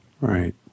Right